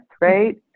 Right